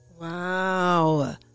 Wow